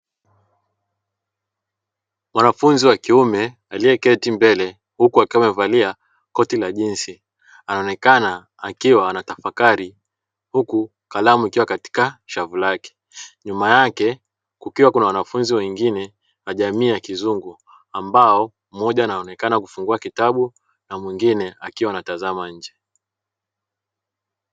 Mwanafunzi wa kiume aliyeketi mbele huku akiwa amevalia koti la jinzi anaonekana akiwa anatafakari huku kalamu ikiwa katika shavu lake. Nyuma yake kukiwa kuna wanafunzi wengine wa jamii ya kizungu ambao mmoja anaonekana kufungua kitabu na mwingine akiwa anatazama nje.